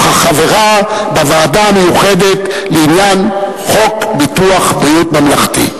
וכחברה בוועדה המיוחדת לעניין חוק ביטוח בריאות ממלכתי.